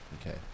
okay